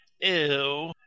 ew